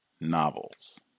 novels